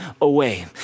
away